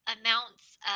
amounts